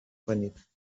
کنید